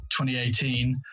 2018